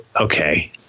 Okay